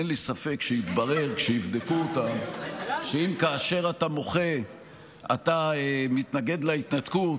אין לי ספק שכשיבדקו אותם יגלו שכאשר אתה מוחה אתה מתנגד להתנתקות,